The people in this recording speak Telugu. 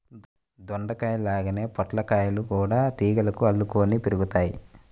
దొండకాయల్లాగే పొట్లకాయలు గూడా తీగలకు అల్లుకొని పెరుగుతయ్